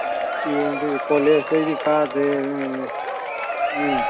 ꯌꯦꯡꯗ꯭ꯔꯤ ꯀꯣꯂꯦꯖꯇꯩꯗꯤ ꯀꯥꯗ꯭ꯔꯦ ꯑꯗꯨꯅꯅꯤ ꯎꯝ